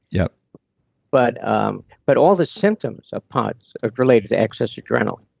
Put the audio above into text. yeah but um but all the symptoms of pots are related to excess adrenaline,